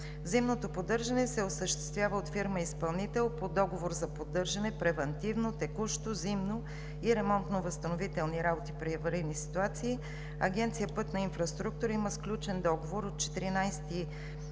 Зимното поддържане се осъществява от фирма изпълнител по договор за поддържане – превантивно, текущо, зимно и ремонтно възстановителни работи при аварийни ситуации, а Агенция „Пътна инфраструктура“ има сключен договор от 14 юни